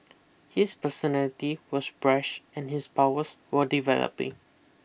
his personality was brash and his powers were developing